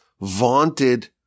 vaunted